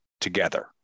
together